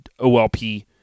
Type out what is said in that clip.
OLP